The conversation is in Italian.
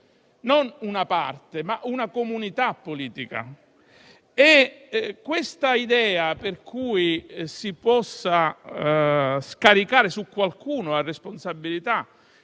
non una parte, ma una comunità politica. Se c'è chi pensa che si possa scaricare su qualcuno la responsabilità